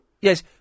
Yes